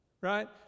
Right